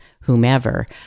whomever